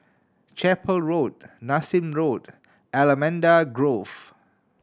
Chapel Road Nassim Road Allamanda Grove